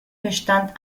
bestand